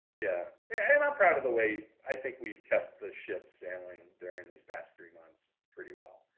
yeah, and i'm proud of the way i think we've kept the ship sailing during these past three months, pretty well,